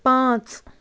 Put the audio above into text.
پانٛژھ